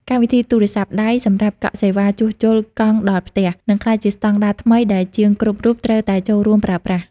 កម្មវិធីទូរស័ព្ទដៃសម្រាប់កក់សេវាជួសជុលកង់ដល់ផ្ទះ នឹងក្លាយជាស្តង់ដារថ្មីដែលជាងគ្រប់រូបត្រូវតែចូលរួមប្រើប្រាស់។